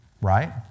Right